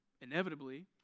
inevitably